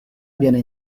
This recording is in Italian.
viene